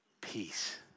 Peace